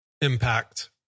impact